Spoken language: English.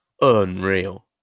unreal